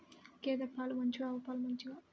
గేద పాలు మంచివా ఆవు పాలు మంచివా?